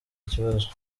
ikibazo